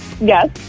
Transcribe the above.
Yes